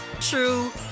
true